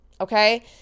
okay